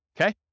Okay